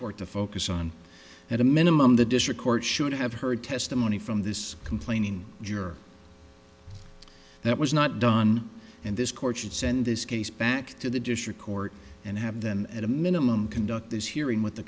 want to focus on at a minimum the district court should have heard testimony from this complaining juror that was not done and this court should send this case back to the district court and have then at a minimum conduct this hearing with the